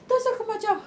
terus aku macam